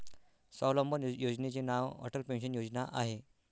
स्वावलंबन योजनेचे नाव अटल पेन्शन योजना आहे